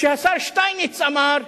שהשר שטייניץ אמר: